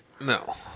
No